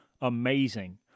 amazing